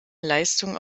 leistungen